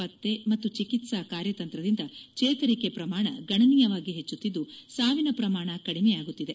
ಪತ್ತೆ ಮತ್ತು ಚಿಕಿತ್ಸಾ ಕಾರ್ಯತಂತ್ರದಿಂದ ಚೇತರಿಕೆ ಪ್ರಮಾಣ ಗಣನೀಯವಾಗಿ ಹೆಚ್ಚುತ್ತಿದ್ದು ಸಾವಿನ ಪ್ರಮಾಣ ಕಡಿಮೆಯಾಗುತ್ತಿದೆ